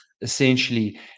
essentially